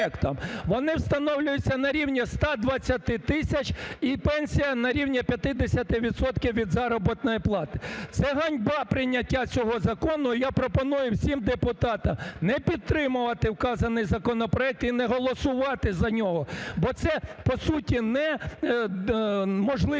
Вони встановлюються на рівні 120 тисяч і пенсія на рівні 50 відсотків від заробітної плати, це ганьба, прийняття цього закону. І я пропоную всім депутатам не підтримувати вказаний законопроект і не голосувати за нього. Бо це, по суті, не можливість